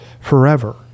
forever